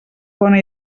bona